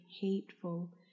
hateful